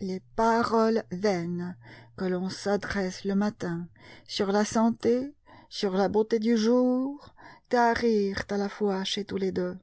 les paroles vaines que l'on s'adresse le matin sur la santé sur la beauté du jour tarirent à la fois chez tous les deux